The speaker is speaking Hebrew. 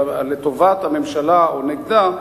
לטובת הממשלה או נגדה.